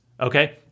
okay